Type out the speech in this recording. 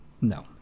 No